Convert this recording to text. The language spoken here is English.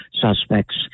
suspects